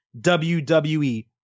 WWE